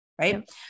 Right